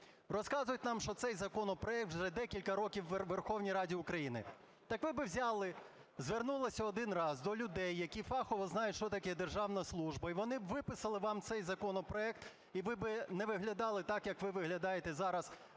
Розказують нам, що цей законопроект вже декілька років у Верховній Раді України. Так ви би взяли, звернулися один раз до людей, які фахово знають, що таке державна служба, і вони б виписали вам цей законопроект, і ви би не виглядали так, як ви виглядаєте зараз